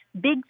big